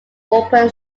open